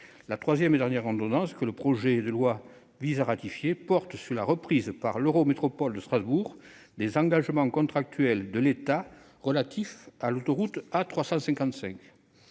La troisième et dernière ordonnance que le projet de loi vise à ratifier porte sur la reprise, par l'Eurométropole de Strasbourg, des engagements contractuels de l'État relatifs à l'autoroute A355.